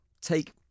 take